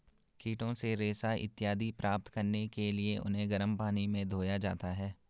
कीटों से रेशा इत्यादि प्राप्त करने के लिए उन्हें गर्म पानी में धोया जाता है